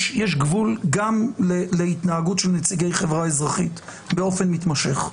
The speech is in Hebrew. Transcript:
יש גבול גם להתנהגות של נציגי חברה אזרחית באופן מתמשך.